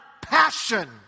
passion